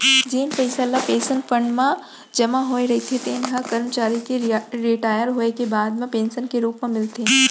जेन पइसा ल पेंसन फंड म जमा होए रहिथे तेन ह करमचारी के रिटायर होए के बाद म पेंसन के रूप म मिलथे